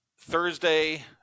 thursday